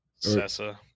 Sessa